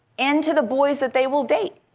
and to the boys that they will date.